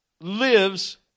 lives